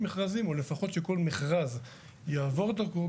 מכרזים או לפחות שכל מכרז יעבור דרכו,